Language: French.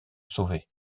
sauver